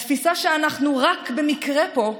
התפיסה שאנחנו רק במקרה פה,